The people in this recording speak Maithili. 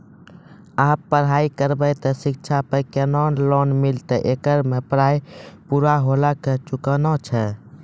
आप पराई करेव ते शिक्षा पे केना लोन मिलते येकर मे पराई पुरा होला के चुकाना छै?